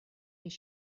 his